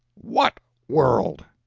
what world?